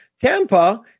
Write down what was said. Tampa